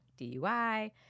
DUI